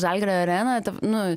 žalgirio arena nu